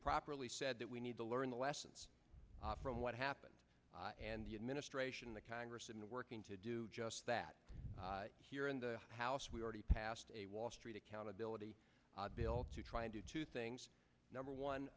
properly said that we need to learn the lessons from what happened and the administration the congress and working to do just that here in the house we already passed a wall street accountability bill to try and do two things number one